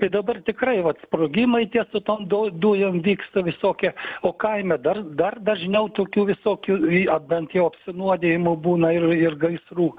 tai dabar tikrai vat sprogimai ties su tom du dujom vyksta visokie o kaime dar dar dažniau tokių visokių į ar bent jau apsinuodijimų būna ir ir gaisrų